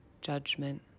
judgment